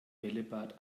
bällebad